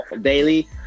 daily